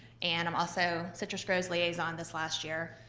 and i'm also citrus grove's liaison this last year.